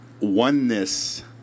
oneness